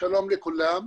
שלום לכולם.